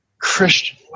Christian